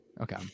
okay